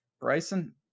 Bryson